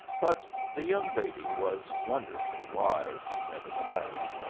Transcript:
but the young lady was wonderfully wise, nevertheless.